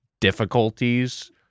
difficulties